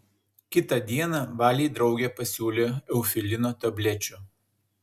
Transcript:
kitą dieną valei draugė pasiūlė eufilino tablečių